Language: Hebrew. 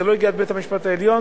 זה לא הגיע עד בית-המשפט העליון,